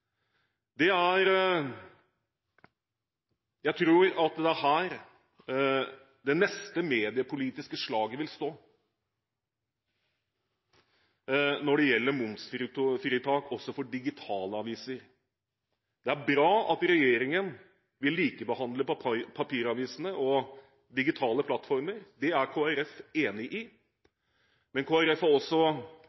digitale tilbud. Jeg tror det er her det neste mediepolitiske slaget vil stå – om momsfritak også for digitale aviser. Det er bra at regjeringen vil likebehandle papiraviser og digitale plattformer. Det er Kristelig Folkeparti enig i,